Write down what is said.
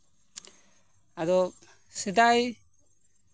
ᱟᱫᱚ ᱥᱮᱫᱟᱭ